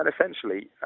essentially